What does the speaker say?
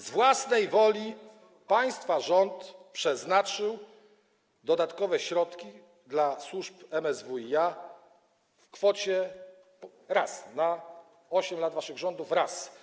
Z własnej woli państwa rząd przeznaczył dodatkowe środki dla służb MSWiA, raz, na 8 lat waszych rządów raz.